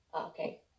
Okay